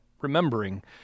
remembering